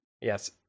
yes